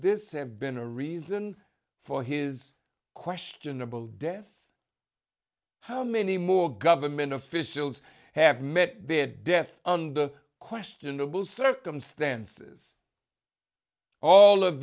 this have been a reason for his questionable death how many more government officials have met their death on the questionable circumstances all of